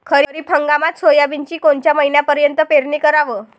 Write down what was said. खरीप हंगामात सोयाबीनची कोनच्या महिन्यापर्यंत पेरनी कराव?